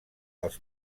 els